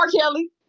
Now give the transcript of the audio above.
Kelly